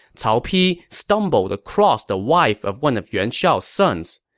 cao pi stumbled across the wife of one of yuan shao's sons.